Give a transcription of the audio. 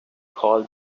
called